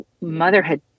motherhood